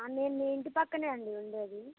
ఆ నేను మీ ఇంటి పక్కనే అండి ఉండేది